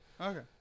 Okay